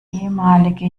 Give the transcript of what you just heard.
ehemalige